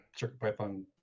CircuitPython